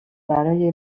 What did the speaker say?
برای